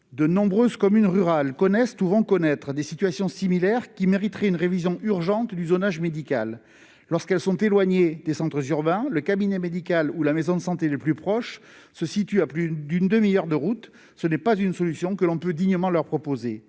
du contexte sanitaire actuel, vont connaître des situations similaires, qui mériteraient une révision urgente du zonage médical. Lorsqu'elles sont éloignées des centres urbains, le cabinet médical ou la maison de santé les plus proches se situent souvent à plus d'une demi-heure Ce n'est pas une solution que l'on peut dignement leur proposer.